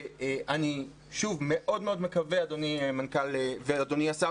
אני מאוד מאוד מקווה, אדוני שר